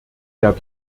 der